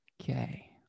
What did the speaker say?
Okay